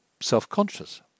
self-conscious